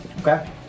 Okay